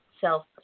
self